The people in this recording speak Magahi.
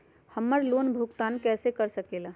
हम्मर लोन भुगतान कैसे कर सके ला?